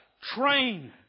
Train